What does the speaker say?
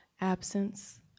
Absence